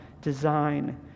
design